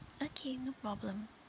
okay no problem